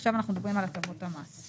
עכשיו אנחנו מדברים על הטבות המס.